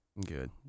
Good